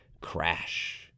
crash